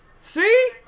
See